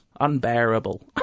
Unbearable